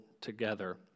together